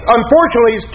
unfortunately